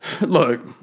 Look